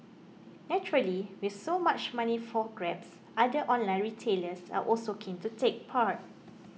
naturally with so much money for grabs other online retailers are also keen to take part